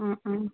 ம் ம்